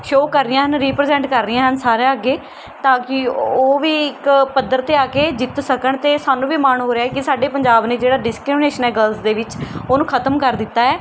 show ਕਰ ਰਹੀਆਂ ਹਨ ਰੀਪਰਜੈਂਟ ਕਰ ਰਹੀਆਂ ਹਨ ਸਾਰਿਆਂ ਅੱਗੇ ਤਾਂ ਕਿ ਉਹ ਵੀ ਇੱਕ ਪੱਧਰ 'ਤੇ ਆ ਕੇ ਜਿੱਤ ਸਕਣ ਅਤੇ ਸਾਨੂੰ ਵੀ ਮਾਣ ਹੋ ਰਿਹਾ ਕਿ ਸਾਡੇ ਪੰਜਾਬ ਨੇ ਜਿਹੜਾ ਡਿਸਕ੍ਰੀਮੀਨੇਸ਼ਨ ਹੈ ਗਰਲਜ਼ ਦੇ ਵਿੱਚ ਉਹਨੂੰ ਖਤਮ ਕਰ ਦਿੱਤਾ ਹੈ